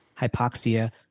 hypoxia